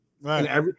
Right